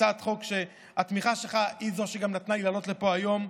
הצעת חוק שהתמיכה שלך בה היא שגם נתנה לי לעלות לפה היום.